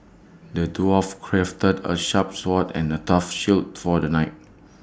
the dwarf crafted A sharp sword and A tough shield for the knight